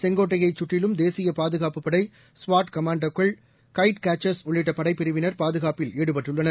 செங்கோட்டையைச் கற்றிலும் தேசியபாதுகாப்புப் படை ஸ்வாட் கமாண்டோக்கள் கைட் கேச்சர்ஸ் உள்ளிட்டபடைப்பிரிவினர் பாதுகாப்பில் ஈடுபட்டுள்ளனர்